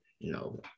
no